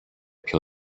πιο